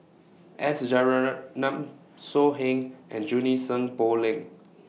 S So Heng and Junie Sng Poh Leng